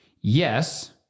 yes